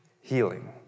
Healing